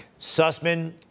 Sussman